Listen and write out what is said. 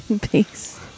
Peace